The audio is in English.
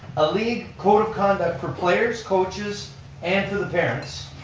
a league code of conduct for players, coaches and for the parents.